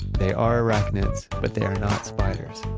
they are arachnids but they are not spiders.